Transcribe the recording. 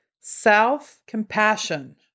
self-compassion